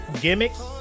gimmicks